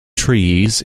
trees